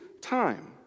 time